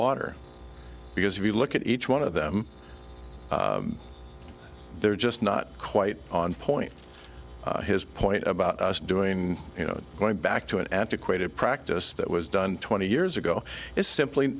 water because if you look at each one of them they're just not quite on point his point about us doing you know going back to an antiquated practice that was done twenty years ago is simply